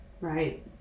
right